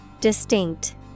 Distinct